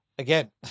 Again